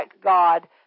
God